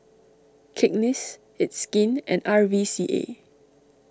Cakenis It's Skin and R V C A